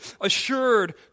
assured